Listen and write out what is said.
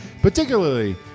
particularly